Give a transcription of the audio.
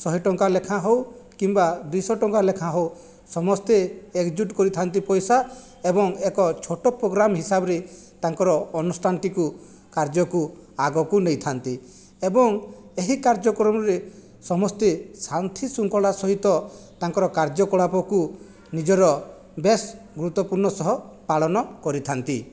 ଶହେ ଟଙ୍କା ଲେଖା ହେଉ କିମ୍ବା ଦୁଇଶହ ଟଙ୍କା ଲେଖା ହେଉ ସମସ୍ତେ ଏକଜୁଟ କରିଥାନ୍ତି ପଇସା ଏବଂ ଏକ ଛୋଟ ପୋଗ୍ରାମ ହିସାବରେ ତାଙ୍କର ଅନୁଷ୍ଠାନଟିକୁ କାର୍ଯ୍ୟକୁ ଆଗକୁ ନେଇଥାନ୍ତି ଏବଂ ଏହି କାର୍ଯ୍ୟକ୍ରମରେ ସମସ୍ତେ ଶାନ୍ତି ଶୃଙ୍ଖଳା ସହିତ ତାଙ୍କର କାର୍ଯ୍ୟକଳାପକୁ ନିଜର ବେଶ ଗୁରୁତ୍ୱପୂର୍ଣ୍ଣ ସହ ପାଳନ କରିଥାନ୍ତି